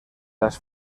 las